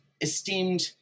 esteemed